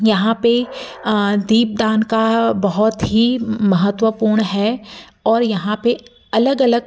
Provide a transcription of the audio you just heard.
यहाँ पे दीपदान का बहोत ही महत्वपूर्ण है और यहाँ पर अलग अलग